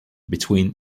between